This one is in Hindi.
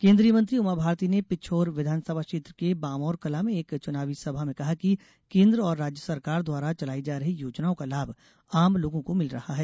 केन्द्रीय मंत्री उमाभारती ने पिछौर विधानसभा क्षेत्र के बामोरकला में एक चुनावी सभा में कहा कि केन्द्र और राज्य सरकार द्वारा चलाई जा रही योजनाओं का लाभ आम लोगों को मिल रहा है